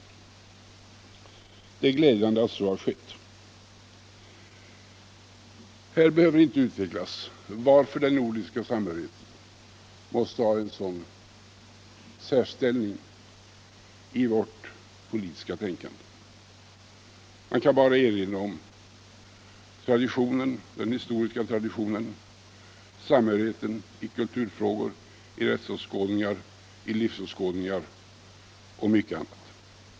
Det är glädjande att så har skett. Här behöver inte utvecklas varför det nordiska samarbetet måste ha en särställning i vårt politiska tänkande. Man kan bara erinra om den historiska traditionen, samhörigheten i kulturfrågor, i rättsåskådningar, i livsåskådningar och mycket annat.